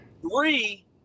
Three